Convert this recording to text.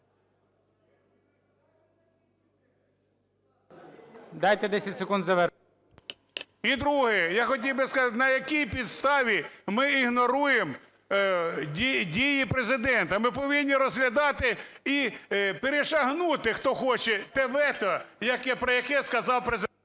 Дайте 10 секунд завершити. НІМЧЕНКО В.І. І друге, я хотів би сказати, на якій підставі ми ігноруємо дії Президента? Ми повинні розглядати і перешагнути, хто хоче те вето, про яке сказав Президент.